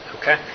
Okay